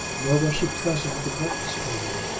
nor was she present at the breakfast table.